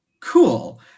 Cool